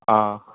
ஆ